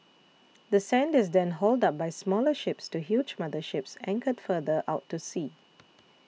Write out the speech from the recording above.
the sand is then hauled up by smaller ships to huge mother ships anchored further out to sea